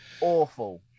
awful